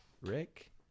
Rick